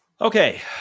Okay